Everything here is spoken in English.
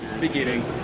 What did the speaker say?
Beginning